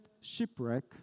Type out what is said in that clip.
Shipwreck